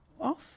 off